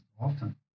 often